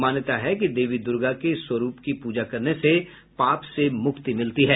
मान्यता है कि देवी दुर्गा के इस स्वरूप की पूजा करने से पाप से मुक्ति मिलती है